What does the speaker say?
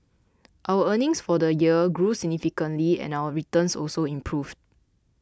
our earnings for the year grew significantly and our returns also improved